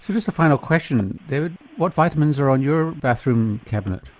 so just a final question, what vitamins are on your bathroom cabinet?